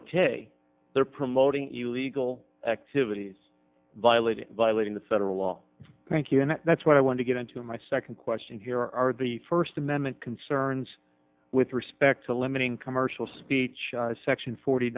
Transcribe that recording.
ok they're promoting illegal activities violating violating the federal law thank you and that's what i want to get into my second question here are the first amendment concerns with respect to limiting commercial speech section forty